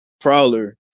prowler